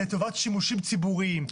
לטובת שימושים ציבוריים.